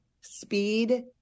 speed